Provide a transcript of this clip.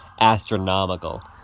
astronomical